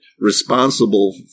responsible